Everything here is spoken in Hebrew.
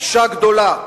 אשה גדולה.